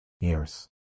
years